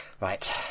Right